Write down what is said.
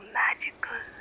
magical